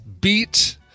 beat